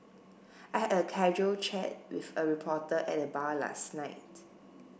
I had a casual chat with a reporter at the bar last night